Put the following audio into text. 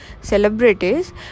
celebrities